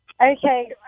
Okay